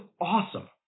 awesome